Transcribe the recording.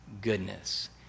goodness